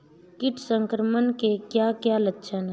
कीट संक्रमण के क्या क्या लक्षण हैं?